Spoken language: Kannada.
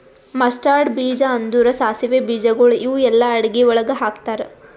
ಮಸ್ತಾರ್ಡ್ ಬೀಜ ಅಂದುರ್ ಸಾಸಿವೆ ಬೀಜಗೊಳ್ ಇವು ಎಲ್ಲಾ ಅಡಗಿ ಒಳಗ್ ಹಾಕತಾರ್